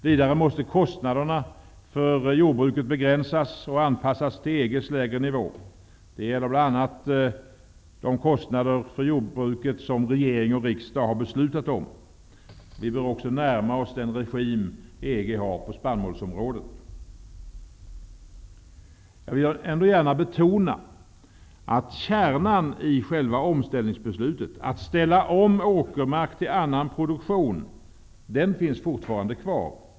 Vidare måste kostnaderna för jordbruket begränsas och anpassas till EG:s lägre nivå. Det gäller bl.a. de kostnader för jordbruket som regering och riksdag har beslutat om. Vi bör också närma oss den regim EG har på spannmålsområdet. Jag vill ändå gärna betona att kärnan i själva omställningsbeslutet, att ställa om åkermark till annan produktion, fortfarande finns kvar.